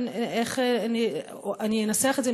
איך אני אנסח את זה?